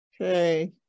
Okay